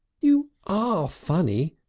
you are funny!